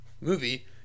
movie